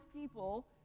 people